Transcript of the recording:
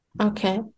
Okay